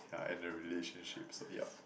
yeah and the relationship so yup